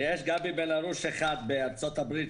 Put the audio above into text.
יש גבי בן הרוש אחד בארצות הברית,